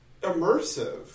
immersive